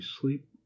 sleep